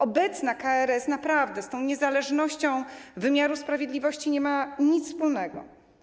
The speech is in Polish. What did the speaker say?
Obecna KRS naprawdę z tą niezależnością wymiaru sprawiedliwości nie ma nic wspólnego.